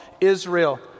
Israel